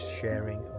sharing